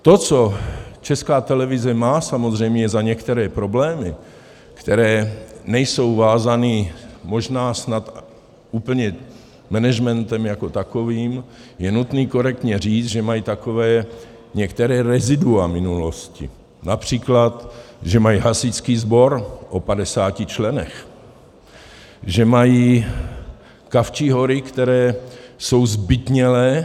To, co Česká televize má samozřejmě za některé problémy, které nejsou vázány možná snad úplně managementem jako takovým, je nutné korektně říct, že mají taková některá rezidua minulosti, například že mají hasičský sbor o 50 členech, že mají Kavčí hory, které jsou zbytnělé.